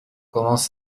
commence